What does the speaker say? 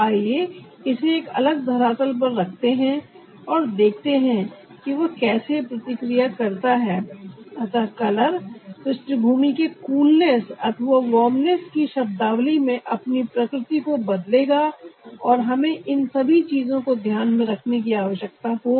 आइए इसे एक अलग धरातल पर रखते हैं और देखते हैं कि वह कैसे प्रतिक्रिया करता है अतः कलर पृष्ठभूमि के कूलनेस अथवा वार्मनेस की शब्दावली में अपनी प्रकृति को बदलेगा और हमें इन सभी चीजों को ध्यान में रखने की आवश्यकता होगी